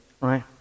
right